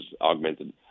augmented